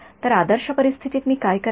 तर आदर्श परिस्थितीत मी काय करावे